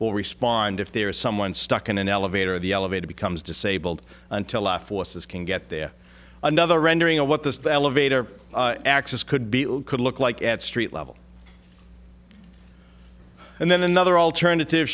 will respond if there is someone stuck in an elevator the elevator becomes disabled until after forces can get there another rendering of what this validate or axis could be could look like at street level and then another alternative